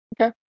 Okay